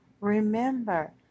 Remember